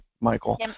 Michael